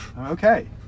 Okay